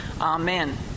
Amen